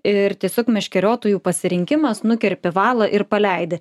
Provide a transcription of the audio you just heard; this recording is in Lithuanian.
ir tiesiog meškeriotojų pasirinkimas nukerpi valą ir paleidi